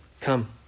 come